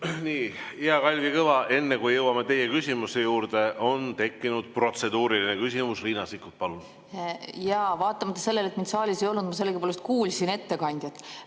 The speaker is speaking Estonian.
Nii, hea Kalvi Kõva, enne kui jõuame teie küsimuse juurde, on tekkinud protseduuriline küsimus. Riina Sikkut, palun! Jaa, vaatamata sellele, et mind saalis ei olnud, ma sellegipoolest kuulsin ettekandjat.